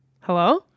Hello